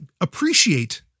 appreciate